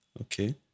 okay